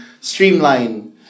streamline